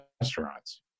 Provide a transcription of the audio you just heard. restaurants